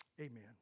Amen